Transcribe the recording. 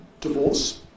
divorce